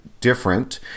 different